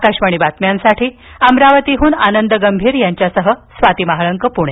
आकाशवाणी बातम्यांसाठी अमरावतीहून आनंद गंभीर यांच्यासह स्वाती महाळंक प्णे